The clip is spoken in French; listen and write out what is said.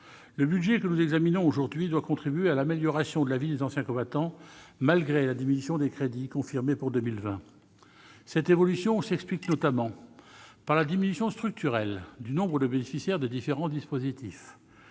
Le budget que nous examinons aujourd'hui doit contribuer à l'amélioration de la vie des anciens combattants malgré la diminution des crédits confirmée pour 2020. Cette évolution s'explique notamment par la diminution structurelle du nombre de bénéficiaires des différents dispositifs.